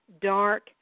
dark